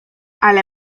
ale